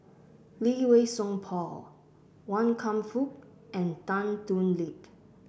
Lee Wei Song Paul Wan Kam Fook and Tan Thoon Lip